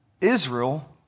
Israel